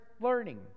learning